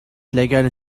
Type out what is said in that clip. kleckern